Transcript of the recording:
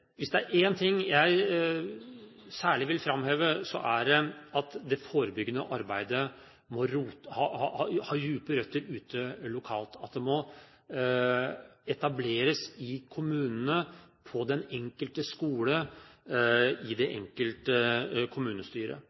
Hvis det er én ting jeg særlig vil framheve, er det at det forebyggende arbeidet må ha dype røtter lokalt. Det må etableres i kommunene, på den enkelte skole, i det enkelte kommunestyre.